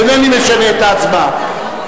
אינני משנה את ההצבעה.